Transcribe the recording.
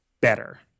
better